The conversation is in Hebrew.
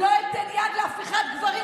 איזה תקציב כן גדל בתקציב